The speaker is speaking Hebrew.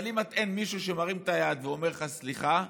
אבל אם אין מישהו שמרים את היד ואומר לך: סליחה,